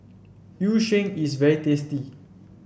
Yu Sheng is very tasty